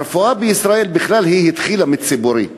הרפואה בישראל התחילה בכלל כציבורית,